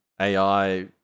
ai